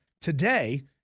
Today